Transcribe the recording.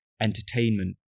entertainment